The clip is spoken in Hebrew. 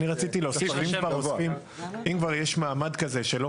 אני רציתי להוסיף שאם כבר יש מעמד כזה שלא